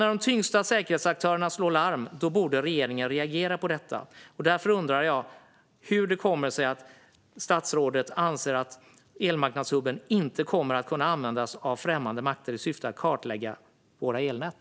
När de tyngsta säkerhetsaktörerna slår larm borde regeringen reagera på detta. Därför undrar jag hur det kommer sig att statsrådet anser att elmarknadshubben inte kommer att kunna användas av främmande makter i syfte att kartlägga våra elnät.